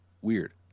Weird